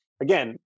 Again